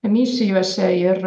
misijose ir